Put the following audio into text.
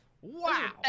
Wow